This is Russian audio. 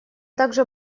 также